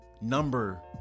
number